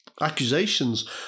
accusations